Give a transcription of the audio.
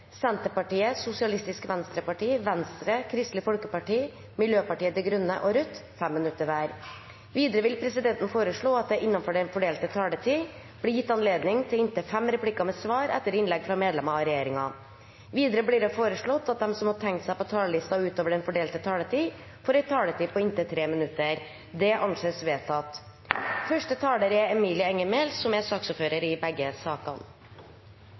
Senterpartiet, Sosialistisk Venstreparti, Venstre, Kristelig Folkeparti, Miljøpartiet De Grønne og Rødt 5 minutter hver. Videre vil presidenten foreslå at det – innenfor den fordelte taletid – blir gitt anledning til inntil fem replikker med svar etter innlegg fra medlemmer av regjeringen. Videre blir det foreslått at de som måtte tegne seg på talerlisten utover den fordelte taletid, får en taletid på inntil 3 minutter. – Det anses vedtatt. I